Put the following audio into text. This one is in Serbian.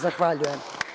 Zahvaljujem.